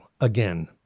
again